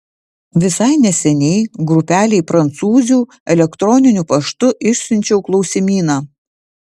visai neseniai grupelei prancūzių elektroniniu paštu išsiunčiau klausimyną